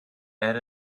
add